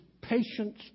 patience